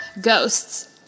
Ghosts